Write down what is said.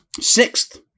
sixth